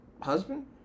husband